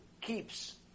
keeps